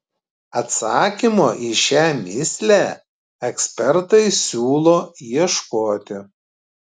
atsakymo į šią mįslę ekspertai siūlo ieškoti